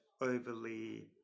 overly